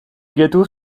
gâteaux